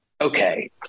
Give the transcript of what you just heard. Okay